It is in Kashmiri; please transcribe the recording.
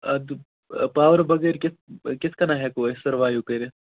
اَدٕ پاورٕ بَغٲر کِتھٕ کِتھٕ کٔنۍ ہٮ۪کو أسۍ سٔروایِو کٔرِتھ